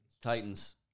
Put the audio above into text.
Titans